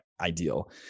ideal